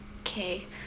okay